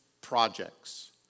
projects